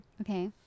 Okay